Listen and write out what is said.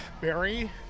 Barry